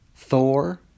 Thor